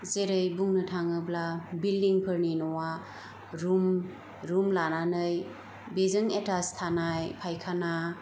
जेरै बुंनो थाङोब्ला बिलदिंफोरनि न'वा रूम रूम लानानै बेजों एटाच्ड थानाय फायखाना